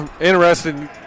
interesting